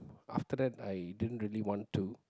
after that I didn't really want to